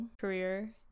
career